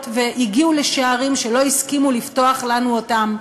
והגיעו לשערים שלא הסכימו לפתוח לנו אותם,